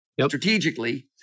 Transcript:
strategically